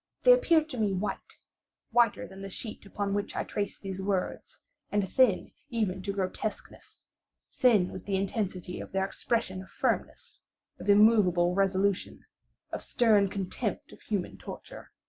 they appeared to me white whiter than the sheet upon which i trace these words and thin even to grotesqueness thin with the intensity of their expression of firmness of immoveable resolution of stern contempt of human torture.